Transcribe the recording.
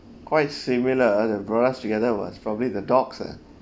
quite similar that brought us together was probably the dogs ah